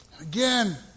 Again